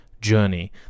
journey